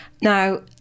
Now